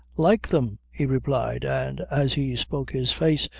like them! he replied, and as he spoke his face,